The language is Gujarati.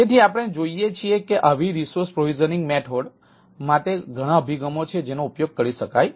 તેથી આપણે જોઈએ છીએ કે આવી રિસોર્સ પ્રોવિસનીંગ મૅઠૉડ માટે ઘણા અભિગમો છે જેનો ઉપયોગ કરી શકાય છે